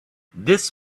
this